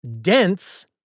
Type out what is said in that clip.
Dense